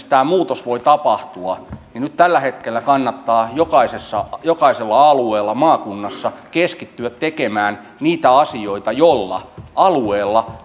tämä muutos voi tapahtua niin nyt tällä hetkellä kannattaa jokaisella alueella maakunnassa keskittyä tekemään niitä asioita joilla sillä alueella